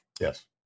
Yes